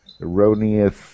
erroneous